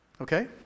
Okay